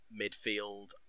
midfield